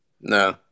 no